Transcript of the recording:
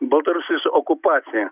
baltarusijos okupacija